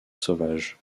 sauvage